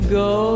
go